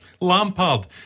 Lampard